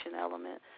element